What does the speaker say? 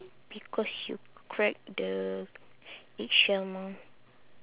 because you crack the eggshell mah